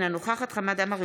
אינה נוכחת חמד עמאר,